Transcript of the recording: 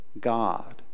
God